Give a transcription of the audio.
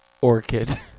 Orchid